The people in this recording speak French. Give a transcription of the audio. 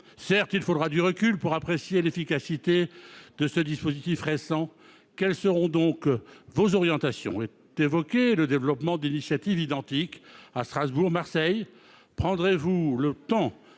Certes, il faudra du recul pour apprécier l'efficacité de ce dispositif récent. Quelles seront donc vos orientations, madame la garde des sceaux ? On évoque le développement d'initiatives identiques à Strasbourg ou Marseille.